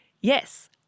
Yes